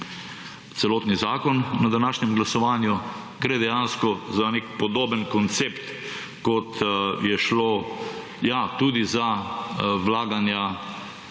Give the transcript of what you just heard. celotni zakon na današnjem glasovanju. Gre dejansko za nek podoben koncept, kot je šlo, ja,